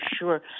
sure